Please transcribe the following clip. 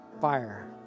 Fire